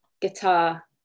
guitar